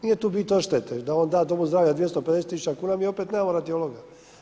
Nije tu bit odštete da on da domu zdravlja 250 tisuća kuna mi opet nemamo radiologa.